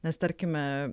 nes tarkime